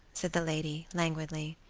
said the lady, languidly,